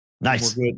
Nice